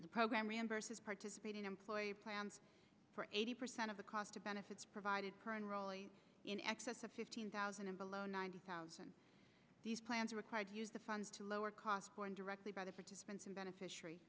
the program remembers his participating employer plans for eighty percent of the cost of benefits provided per enroll in excess of fifteen thousand and below ninety thousand these plans are required to use the funds to lower costs going directly by the participants and beneficiary